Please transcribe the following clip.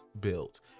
built